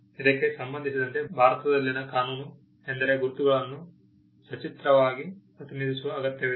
ಇದಕ್ಕೆ ಸಂಬಂಧಿಸಿದಂತೆ ಭಾರತದಲ್ಲಿನ ಕಾನೂನು ಎಂದರೆ ಗುರುತುಗಳನ್ನು ಸಚಿತ್ರವಾಗಿ ಪ್ರತಿನಿಧಿಸುವ ಅಗತ್ಯವಿದೆ